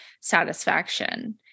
satisfaction